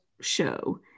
show